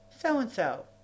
so-and-so